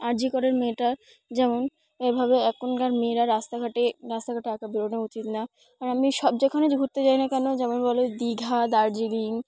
আর G করের মেয়েটার যেমন এভাবে এখনকার মেয়েরা রাস্তাঘাটে রাস্তাঘাটে একা বেরোনো উচিত না আর আমি সব জায়গানে যে ঘুরতে যাই না কেন যেমন বলো দীঘা দার্জিলিং